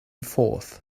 fourth